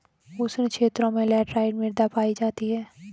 उष्ण क्षेत्रों में लैटराइट मृदा पायी जाती है